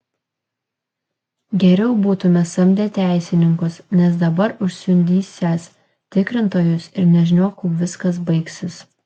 geriau būtume samdę teisininkus nes dabar užsiundysiąs tikrintojus ir nežinia kuo viskas baigsis